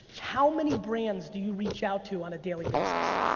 how many brands do you reach out to on a daily basis?